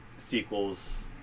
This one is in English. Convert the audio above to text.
Sequels